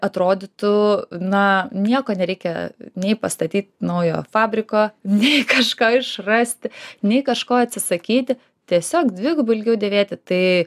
atrodytų na nieko nereikia nei pastatyt naujo fabriko nei kažką išrasti nei kažko atsisakyti tiesiog dvigubai ilgiau dėvėti tai